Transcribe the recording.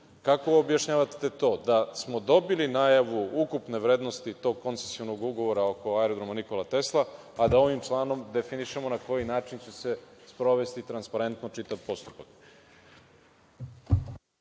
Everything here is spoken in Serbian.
kako objašnjavate to da smo dobili najavu ukupne vrednosti tog koncesionog ugovora oko Aerodroma „Nikola Tesla“, a da ovim članom definišemo na koji način će se sprovesti transparentno čitav postupak?